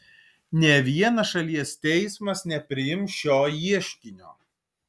nė vienas šalies teismas nepriims šio ieškinio